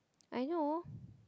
I know